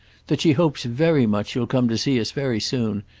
that she hopes very much you'll come to see us very soon.